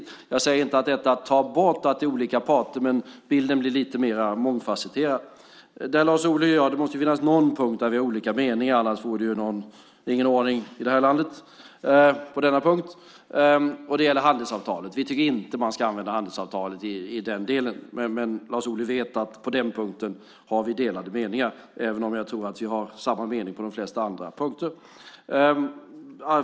Detta tar inte bort att det är olika parter, men bilden blir lite mer mångfasetterad. Det måste finnas någon punkt där Lars Ohly och jag är av olika mening, annars vore det ingen ordning i det här landet. Den punkten gäller handelsavtalet. Vi tycker inte att man ska använda handelsavtalet i den delen. Lars Ohly vet att vi har delade meningar på den punkten även om jag tror att vi är av samma mening på de flesta andra punkter.